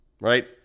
right